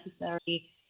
necessary